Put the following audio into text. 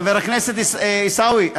חבר הכנסת עיסאווי,